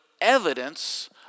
evidence